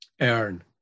earn